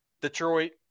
Detroit